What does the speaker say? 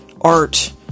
art